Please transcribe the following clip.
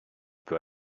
peut